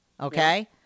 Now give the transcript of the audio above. okay